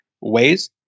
ways